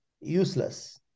useless